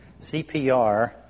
CPR